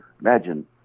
imagine